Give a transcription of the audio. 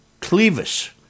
Clevis